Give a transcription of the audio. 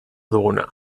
duguna